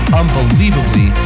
unbelievably